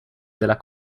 della